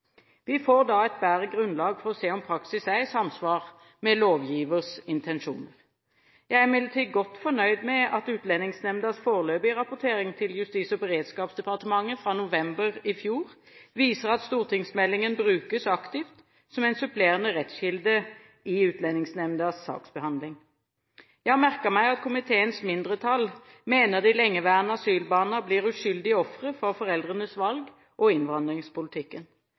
Vi får da et bedre grunnlag for å se om praksis er i samsvar med lovgivers intensjoner. Jeg er imidlertid godt fornøyd med at Utlendingsnemndas foreløpige rapportering til Justis- og beredskapsdepartementet fra november i fjor viser at stortingsmeldingen brukes aktivt som en supplerende rettskilde i Utlendingsnemndas saksbehandling. Jeg har merket meg at komiteens mindretall mener de lengeværende asylbarna blir uskyldige ofre for foreldrenes valg og innvandringspolitikken.